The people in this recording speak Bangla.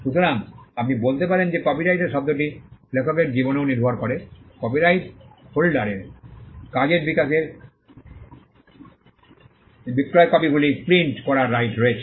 সুতরাং আপনি বলতে পারেন যে কপিরাইটের শব্দটি লেখকের জীবনেও নির্ভর করে কপিরাইট হোল্ডার এর কাজের বিকাশের বিক্রয়কপিগুলি প্রিন্ট করার রাইট রয়েছে